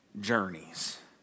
journeys